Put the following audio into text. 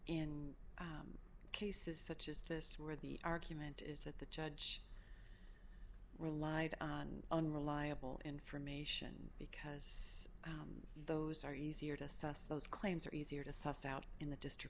in cases such as this where the argument is that the judge relied on unreliable information because those are easier to assess those claims are easier to suss out in the district